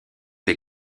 les